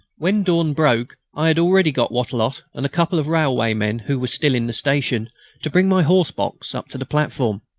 when dawn broke i had already got wattrelot and a couple of railwaymen who were still in the station to bring my horse-box up to the platform.